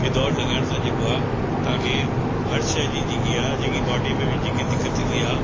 की दौड़ लॻाइण सां जेको आहे तव्हांखे हर शइ जी जेकी आहे जेकी बॉडी में बि जेकी दिक़त थींदी आहे